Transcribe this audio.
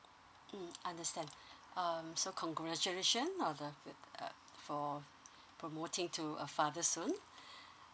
mm understand um so congratulation for the uh for promoting to a father soon